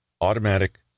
automatic